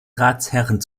ratsherren